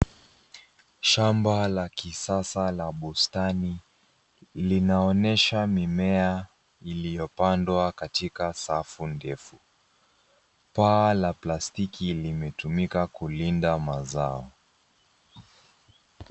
Shamba la kisasa la bustani linaonesha mimea iliyopandwa katika safu ndefu .Paa la plastiki limetumika kulinda mazao.